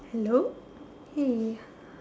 hello !hey!